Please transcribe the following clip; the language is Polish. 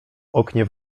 oknie